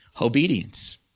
Obedience